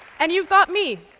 and you've got me!